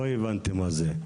לא הבנתי מה זה.